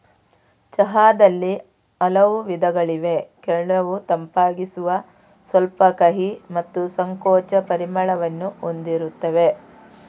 ಚಹಾದಲ್ಲಿ ಹಲವು ವಿಧಗಳಿವೆ ಕೆಲವು ತಂಪಾಗಿಸುವ, ಸ್ವಲ್ಪ ಕಹಿ ಮತ್ತು ಸಂಕೋಚಕ ಪರಿಮಳವನ್ನು ಹೊಂದಿರುತ್ತವೆ